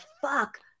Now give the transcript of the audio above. fuck